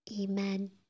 Amen